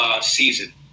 season